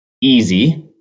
easy